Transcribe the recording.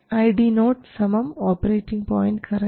ID0 operating point current